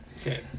Okay